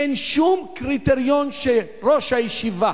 אין שום קריטריון שראש הישיבה